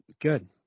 good